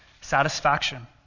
satisfaction